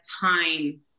time